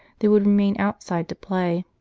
they would remain outside to play.